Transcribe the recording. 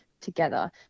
together